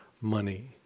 money